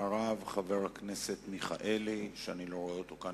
אחריו, חבר הכנסת מיכאלי, שאני לא רואה אותו כאן.